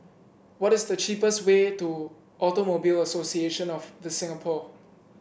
what is the cheapest way to Automobile Association of The Singapore